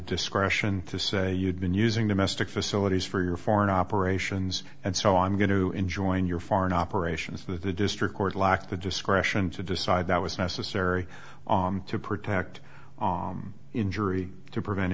discretion to say you'd been using the mystic facilities for your foreign operations and so i'm going to enjoin your foreign operations for the district court lacked the discretion to decide that was necessary to protect injury to prevent